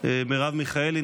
מרב מיכאלי,